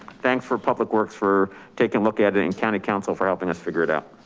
thanks for public works for taking a look at it and county counsel for helping us figure it out.